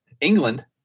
England